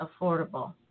affordable